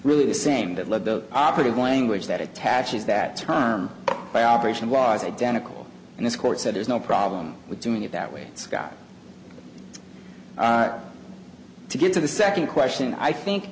really the same that love the operative language that attaches that term by operation was identical and this court said there's no problem with doing it that way it's got to get to the second question i think